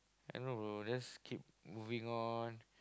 I don't know just keep moving on